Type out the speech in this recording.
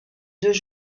deux